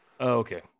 Okay